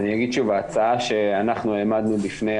אני אגיד שוב, הצעה שאנחנו העמדנו בפני